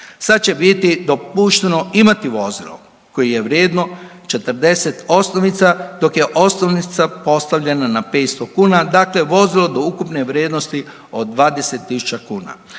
Sad će biti dopušteno imati vozilo koji je vrijedno 40 osnovica dok je osnovica postavljena na 500 kuna, dakle vozilo do ukupne vrijednosti od 20.000 kuna.